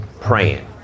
praying